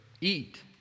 Eat